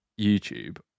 YouTube